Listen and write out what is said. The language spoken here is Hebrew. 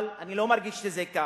אבל אני לא מרגיש שזה כך.